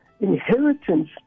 inheritance